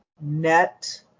net